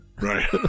Right